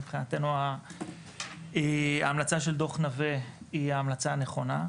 מבחינתנו ההמלצה של דוח נווה היא ההמלצה הנכונה,